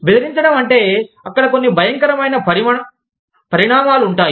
బెదిరించడం అంటే అక్కడ కొన్నిభయంకరమైన పరిణామాలు ఉంటాయి